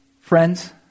Friends